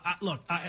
look